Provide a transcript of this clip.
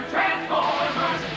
Transformers